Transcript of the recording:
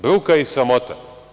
Bruka i sramota.